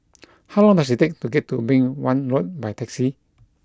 how long does it take to get to Beng Wan Road by taxi